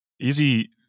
easy